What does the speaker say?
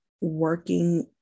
working